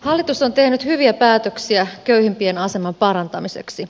hallitus on tehnyt hyviä päätöksiä köyhimpien aseman parantamiseksi